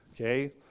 okay